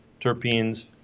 terpenes